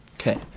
Okay